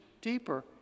deeper